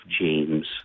James